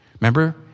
Remember